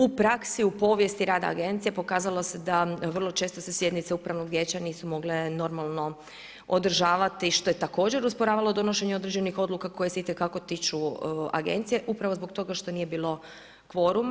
U praksi u povijest rada agencije pokazalo se da vrlo često se sjednice upravnog vijeća nisu mogle normalno održavati što je također usporavalo donošenje određenih odluka koje se itekako tiču agencije upravo zbog toga što nije bilo kvoruma.